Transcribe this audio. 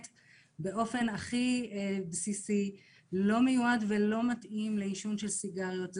באופן הכי בסיסי לא מיועד ולא מתאים לעישון של סיגריות.